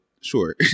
sure